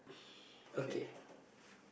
okay